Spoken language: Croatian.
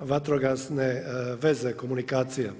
vatrogasne veze komunikacija.